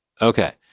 Okay